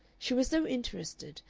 she was so interested,